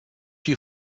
you